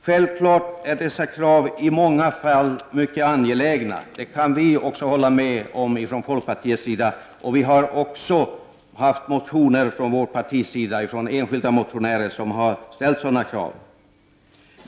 Självfallet är dessa krav i många fall mycket angelägna, det kan vi också hålla med om från folkpartiets sida. Enskilda motionärer från vårt parti har också ställt sådana krav.